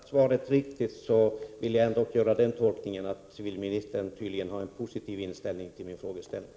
Fru talman! Om jag inte uppfattade svaret riktigt, vill jag ändå göra den tolkningen att civilministern tydligen har en positiv inställning.